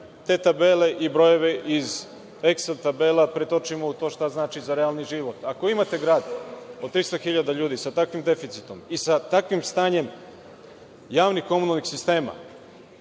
te tabele i brojeve iz eksel tabela pretočimo u to šta znači za realni život. Ako imate grad od 300.000 ljudi, sa takvim deficitom i sa takvim stanjem javnih komunalnih sistema,